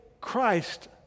Christ